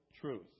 truth